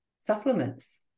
supplements